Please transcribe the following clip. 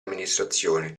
amministrazione